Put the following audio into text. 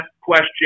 question